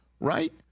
right